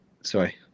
sorry